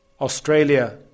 Australia